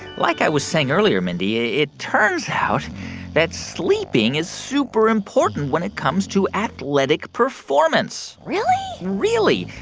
like i was saying earlier, mindy, ah it turns out that sleeping is super important when it comes to athletic performance really? really.